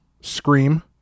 Scream